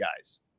guys